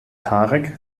tarek